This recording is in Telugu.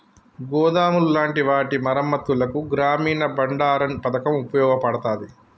గోదాములు లాంటి వాటి మరమ్మత్తులకు గ్రామీన బండారన్ పతకం ఉపయోగపడతాది